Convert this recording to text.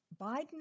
Biden